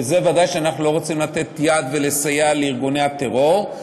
ולזה ודאי שאנחנו לא רוצים לתת יד ולסייע לארגוני הטרור,